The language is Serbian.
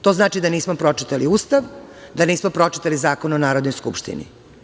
To znači da nismo pročitali Ustav, da nismo pročitali Zakon o Narodnoj skupštini.